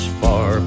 far